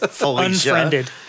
unfriended